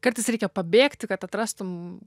kartais reikia pabėgti kad atrastum